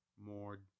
more